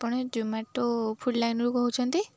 ଆପଣ ଜୋମାଟୋ ଫୁଡ଼୍ ଲାଇନ୍ରୁ କହୁଛନ୍ତି